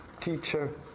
teacher